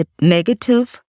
negative